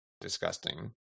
disgusting